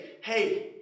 hey